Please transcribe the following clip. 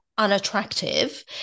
unattractive